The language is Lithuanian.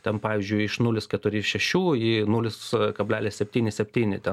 ten pavyzdžiui iš nulis keturi ir šešių į nulis kablelis septyni septyni ten